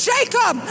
Jacob